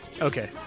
Okay